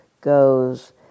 goes